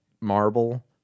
marble